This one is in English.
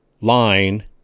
line